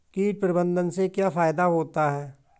कीट प्रबंधन से क्या फायदा होता है?